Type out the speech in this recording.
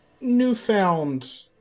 newfound